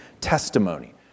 testimony